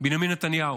בנימין נתניהו.